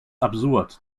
absurd